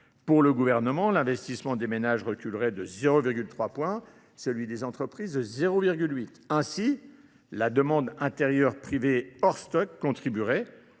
Pour le gouvernement, l'investissement des ménages reculerait de 0,3 points, celui des entreprises de 0,8. Ainsi, la demande intérieure privée hors stock contribuerait,